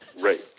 Right